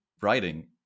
writing